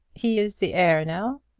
he is the heir now?